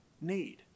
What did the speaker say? need